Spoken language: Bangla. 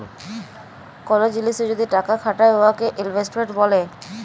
কল জিলিসে যদি টাকা খাটায় উয়াকে ইলভেস্টমেল্ট ব্যলে